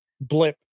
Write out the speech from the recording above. blip